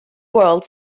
world